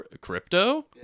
crypto